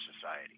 society